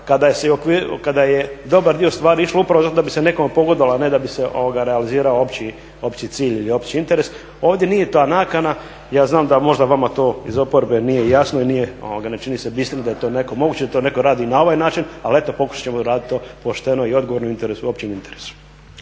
kada je dobar dio stvari išlo upravo da bi se nekom pogodovalo a ne da bi se realizirao opći cilj ili opći interes ovdje nije ta nakana. Ja znam da možda vama to iz oporbe nije jasno i nije, ne čini se. Mislim da to netko, moguće da to netko radi i na ovaj način. Ali eto pokušat ćemo uradit to pošteno i odgovorno u interesu, u općem interesu.